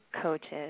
coaches